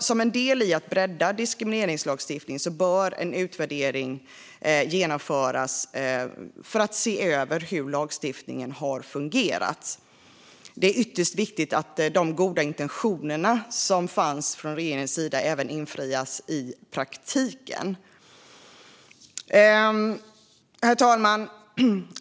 Som en del i att bredda diskrimineringslagstiftningen bör en utvärdering genomföras för att se över hur lagstiftningen har fungerat. Det är ytterst viktigt att de goda intentioner som fanns från regeringens sida även infrias i praktiken. Herr talman!